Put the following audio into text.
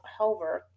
Helver